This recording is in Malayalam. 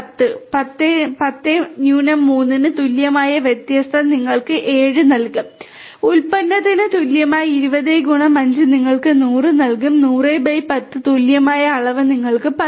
10 3 ന് തുല്യമായ വ്യത്യാസം നിങ്ങൾക്ക് 7 നൽകും ഉൽപ്പന്നത്തിന് തുല്യമായ 20 x 5 നിങ്ങൾക്ക് 100 നൽകും 100 10 ന് തുല്യമായ അളവ് നിങ്ങൾക്ക് 10